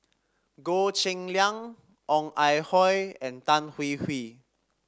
Goh Cheng Liang Ong Ah Hoi and Tan Hwee Hwee